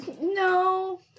No